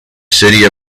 city